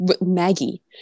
Maggie